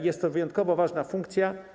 Jest to wyjątkowo ważna funkcja.